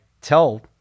tell